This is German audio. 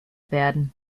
werden